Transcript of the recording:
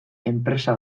enpresa